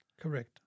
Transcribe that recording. Correct